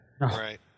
Right